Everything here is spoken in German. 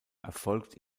erfolgt